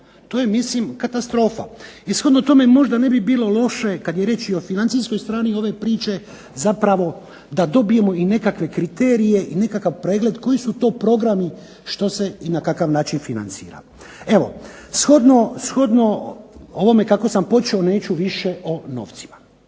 To je mislim katastrofa. I shodno tome možda ne bi bilo loše, kad je riječ i o financijskoj strani ove priče, zapravo da dobijemo i nekakve kriterije i nekakav pregled koji su to programi što se i na kakav način financira. Evo shodno ovome kako sam počeo neću više o novcima.